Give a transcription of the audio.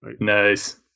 Nice